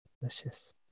Delicious